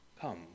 Come